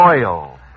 oil